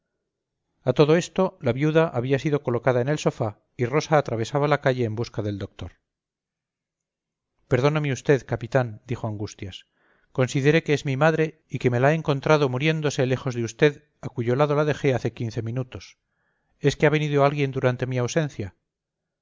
a todo esto la viuda había sido colocada en el sofá y rosa atravesaba la calle en busca del doctor perdóneme usted capitán dijo angustias considere que es mi madre y que me la he encontrado muriéndose lejos de usted a cuyo lado la dejé hace quince minutos es que ha venido alguien durante mi ausencia